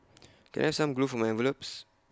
can I some glue for my envelopes